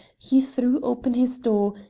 he threw open his door,